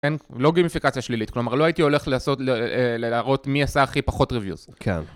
כן? לא גימינפיקציה שלילית, כלומר לא הייתי הולך לעשות, לראות מי עשה הכי פחות reviews, כן...